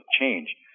change